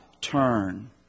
turn